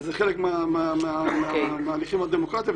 זה חלק מההליכים הדמוקרטיים.